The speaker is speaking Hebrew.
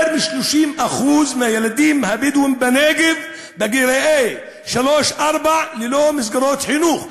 יותר מ-30% מהילדים הבדואים בנגב בגילי שלוש-ארבע הם ללא מסגרות חינוך,